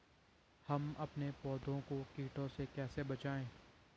हम अपने पौधों को कीटों से कैसे बचाएं?